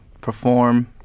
perform